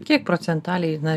kiek procentaliai na